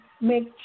make